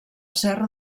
serra